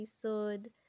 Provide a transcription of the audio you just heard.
episode